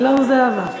שלום, זהבה,